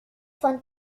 von